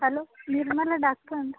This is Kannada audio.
ಹಲೋ ನಿರ್ಮಲ ಡಾಕ್ಟ್ರಾ ಏನ್ ರೀ